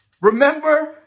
Remember